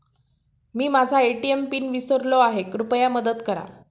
मी माझा ATM PIN विसरलो आहे, कृपया मदत करा